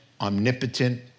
omnipotent